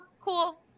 cool